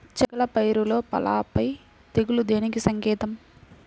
చేగల పైరులో పల్లాపై తెగులు దేనికి సంకేతం?